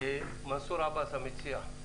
מנסור עבאס, המציע.